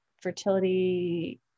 Fertility